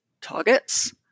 targets